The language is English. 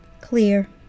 Clear